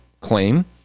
claim